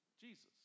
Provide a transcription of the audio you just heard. Jesus